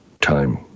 time